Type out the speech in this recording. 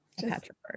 Patrick